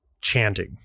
chanting